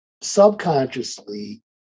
subconsciously